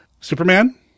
superman